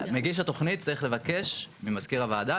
מגיש התוכנית צריך לבקש ממזכיר הוועדה,